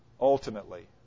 ultimately